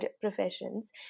professions